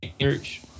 Church